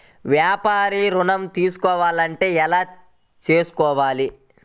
వ్యాపార ఋణం తీసుకోవాలంటే ఎలా తీసుకోవాలా?